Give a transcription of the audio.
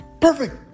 Perfect